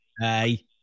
hey